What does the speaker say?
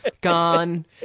gone